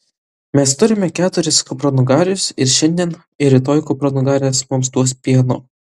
mes turime keturis kupranugarius ir šiandien ir rytoj kupranugarės mums duos pieno